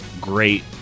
great